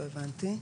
לא הבנתי.